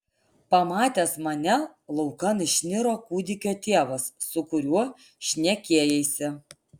pamatęs mane laukan išniro kūdikio tėvas su kuriuo šnekėjaisi